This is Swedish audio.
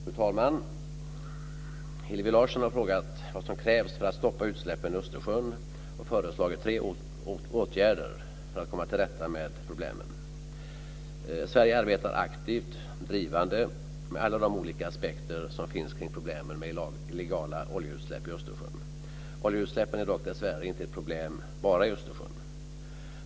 Fru talman! Hillevi Larsson har frågat vad som krävs för att stoppa utsläppen i Östersjön och föreslagit tre åtgärder för att komma till rätta med problemen. Sverige arbetar aktivt och drivande med alla de olika aspekter som finns kring problemen med illegala oljeutsläpp i Östersjön. Oljeutsläppen är dock dessvärre inte ett problem bara i Östersjön.